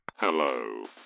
Hello